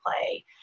play